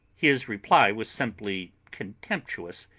his reply was simply contemptuous,